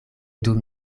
dum